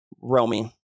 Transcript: Romy